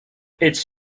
its